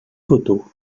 photo